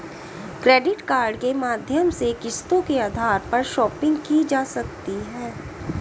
credit card के माध्यम से किस्तों के आधार पर शापिंग की जा सकती है